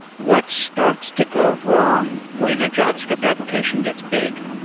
what starts to go wrong when a javascript application gets big?